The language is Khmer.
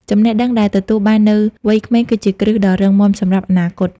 ចំណេះដឹងដែលទទួលបាននៅវ័យក្មេង គឺជាគ្រឹះដ៏រឹងមាំសម្រាប់អនាគត ។